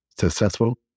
successful